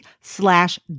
slash